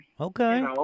Okay